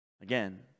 Again